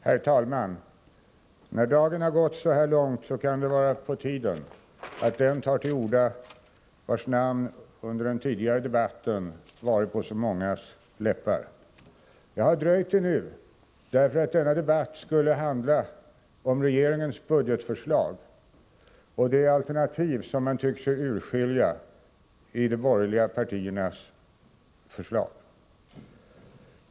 Herr talman! När dagen har gått så här långt kan det vara på tiden att den tar till orda vars namn under den tidigare debatten varit på så mångas läppar. Jag har dröjt till nu, därför att denna debatt skulle handla om regeringens budgetförslag och de alternativ som man tyckt sig urskilja i de borgerliga partiernas förslag.